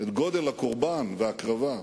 את גודל הקורבן וההקרבה.